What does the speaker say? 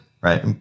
Right